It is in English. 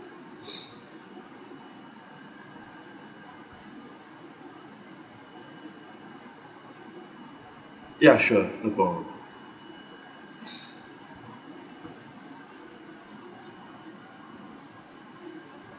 ya sure no problem